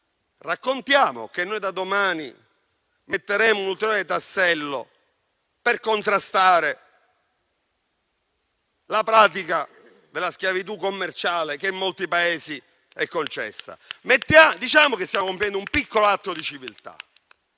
Raccontiamo che noi da domani metteremo un ulteriore tassello per contrastare la pratica della schiavitù commerciale, che in molti Paesi è concessa. Diciamo che stiamo compiendo un piccolo atto di civiltà